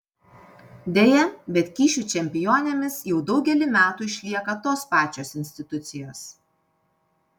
deja bet kyšių čempionėmis jau daugelį metų išlieka tos pačios institucijos